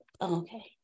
okay